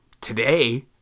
today